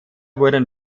wurden